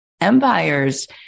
empires